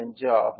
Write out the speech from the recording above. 5 ஆகும்